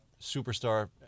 superstar